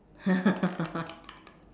ya